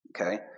Okay